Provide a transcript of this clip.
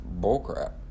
bullcrap